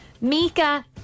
Mika